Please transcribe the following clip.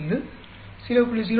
72 0